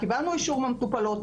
קיבלנו אישור מהמטופלות,